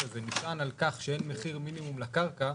הזה נשען על כך שאין מחיר מינימום לקרקע,